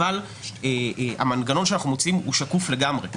אבל המנגנון שאנחנו מציעים הוא שקוף לגמרי.